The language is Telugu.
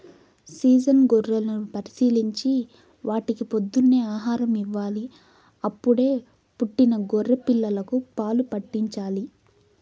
సీజన్ గొర్రెలను పరిశీలించి వాటికి పొద్దున్నే ఆహారం ఇవ్వాలి, అప్పుడే పుట్టిన గొర్రె పిల్లలకు పాలు పాట్టించాలి